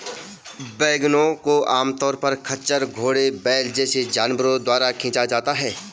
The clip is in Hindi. वैगनों को आमतौर पर खच्चर, घोड़े, बैल जैसे जानवरों द्वारा खींचा जाता है